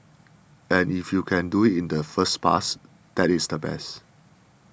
and if you can do it in the first pass that is the best